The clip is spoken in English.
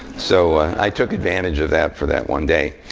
so i took advantage of that for that one day.